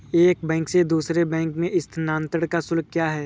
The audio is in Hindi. एक बैंक से दूसरे बैंक में स्थानांतरण का शुल्क क्या है?